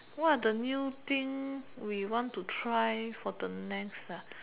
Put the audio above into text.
what are the new thing we want to try for the next ah